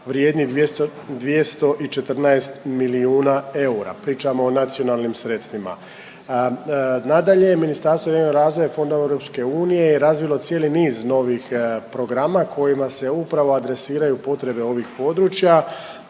vrijedni 214 milijuna eura. Pričamo o nacionalnim sredstvima. Nadalje, Ministarstvo regionalnog razvoja i fondova EU je razvilo cijeli niz novih programa kojima se upravo adresiraju potrebe ovih područja.